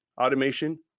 automation